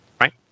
right